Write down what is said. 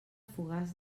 fogars